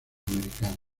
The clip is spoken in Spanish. americanas